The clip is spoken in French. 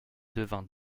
devint